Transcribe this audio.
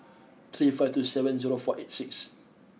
three five two seven zero four eight six